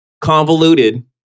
convoluted